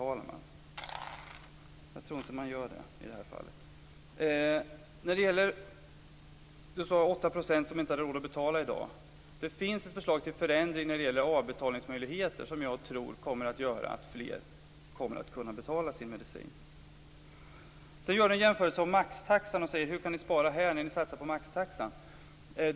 Jag tror inte att man gör det i det här fallet. Du sade att 8 % inte har råd att betala i dag. Det finns ett förslag till förändring när det gäller avbetalningsmöjligheter som jag tror kommer att göra att fler kommer att kunna betala sin medicin. Sedan gör du en jämförelse med maxtaxan. Du undrar hur vi kan spara i det här avseendet när vi satsar på maxtaxan.